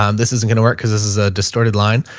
um this isn't gonna work cause this is a distorted line.